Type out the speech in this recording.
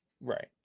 right